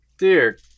Dear